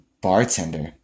bartender